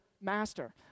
master